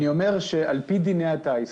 לפי דיני הטיס,